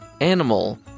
animal